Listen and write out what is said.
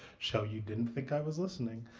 cheryl, you didn't think i was listening.